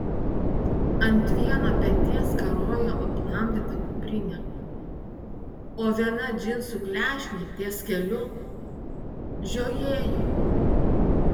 ant vieno peties karojo aplamdyta kuprinė o viena džinsų klešnė ties keliu žiojėjo